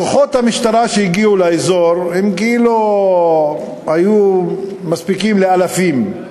כוחות המשטרה שהגיעו לאזור היו מספיקים לאלפים,